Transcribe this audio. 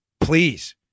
please